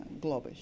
Globish